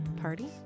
Party